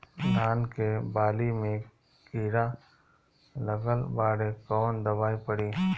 धान के बाली में कीड़ा लगल बाड़े कवन दवाई पड़ी?